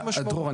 דרור,